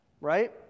right